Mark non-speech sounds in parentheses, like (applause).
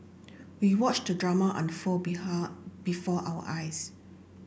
we watched the drama unfold (unintelligible) before our eyes